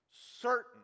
certain